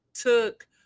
took